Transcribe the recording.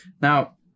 Now